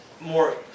more